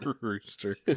Rooster